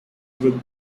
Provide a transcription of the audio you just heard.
with